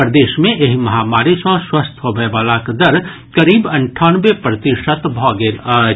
प्रदेश मे एहि महामारी सँ स्वस्थ होबयवलाक दर करीब अंठानवे प्रतिशत भऽ गेल अछि